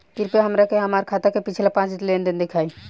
कृपया हमरा के हमार खाता के पिछला पांच लेनदेन देखाईं